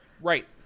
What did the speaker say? Right